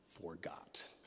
forgot